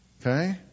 Okay